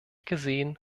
gesehen